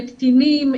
לקטינים,